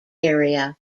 area